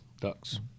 ducks